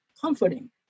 comforting